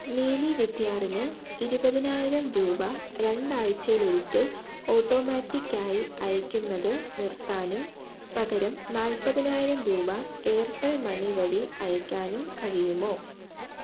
നീലി വിദ്യാറിന് ഇരുപതിനായിരം രൂപ രണ്ടാഴ്ച്ചയിലൊരിക്കല് ഓട്ടോമാറ്റിക്ക് ആയി അയയ്ക്കുന്നത് നിർത്താനും പകരം നാൽപ്പതിനായിരം രൂപ എയർടെൽ മണി വഴി അയയ്ക്കാനും കഴിയുമോ